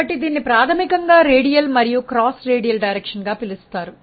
కాబట్టి దీనిని ప్రాథమికంగా రేడియల్ మరియు క్రాస్ రేడియల్ l దిశగా పిలుస్తారు